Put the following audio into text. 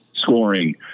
Scoring